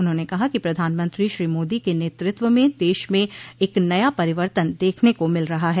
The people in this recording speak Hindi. उन्होंने कहा कि प्रधानमंत्री श्री मोदी के नेतृत्व में देश में एक नया परिवर्तन देखने को मिल रहा है